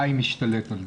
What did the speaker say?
חיים השתלט עליו.